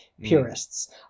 purists